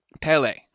Pele